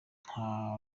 nta